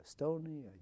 Estonia